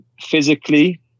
Physically